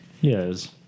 Yes